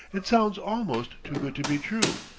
it sounds almost too good to be true!